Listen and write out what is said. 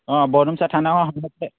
অঁ বৰদুমছা থানা অঁ সন্মুখতে